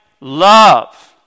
love